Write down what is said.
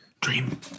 Dream